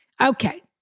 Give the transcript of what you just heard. Okay